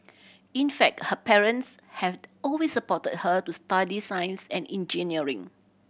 in fact her parents had always supported her to study science and engineering